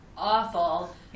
Awful